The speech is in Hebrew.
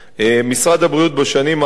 משרד הבריאות בשנים האחרונות,